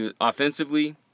Offensively